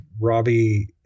Robbie